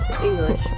english